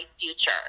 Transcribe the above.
future